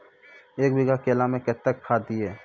एक बीघा केला मैं कत्तेक खाद दिये?